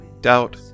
Doubt